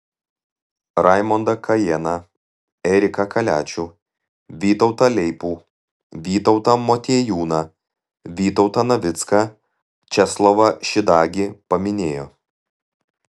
raimondą kajėną eriką kaliačių vytautą leipų vytautą motiejūną vytautą navicką česlovą šidagį paminėjo